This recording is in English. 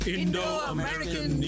Indo-American